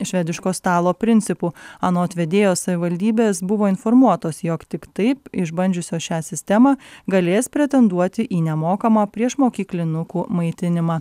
švediško stalo principu anot vedėjo savivaldybės buvo informuotos jog tiktai išbandžiusios šią sistemą galės pretenduoti į nemokamą priešmokyklinukų maitinimą